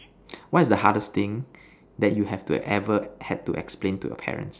what is the hardest thing that you have ever had to explain to your parents